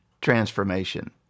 transformation